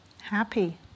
happy